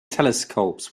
telescopes